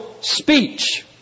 speech